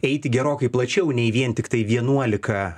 eiti gerokai plačiau nei vien tiktai vienuolika